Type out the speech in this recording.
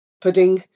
Pudding